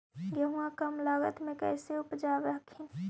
गेहुमा कम लागत मे कैसे उपजाब हखिन?